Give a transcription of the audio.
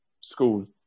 schools